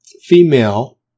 female